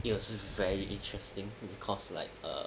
it was very interesting because like err